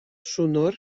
sonor